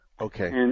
Okay